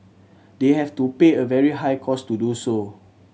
they have to pay a very high cost to do so